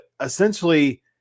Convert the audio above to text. essentially